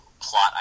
plot